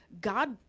God